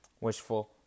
wishful